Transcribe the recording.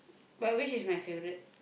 but which is my favourite